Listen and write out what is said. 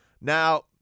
Now